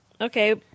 Okay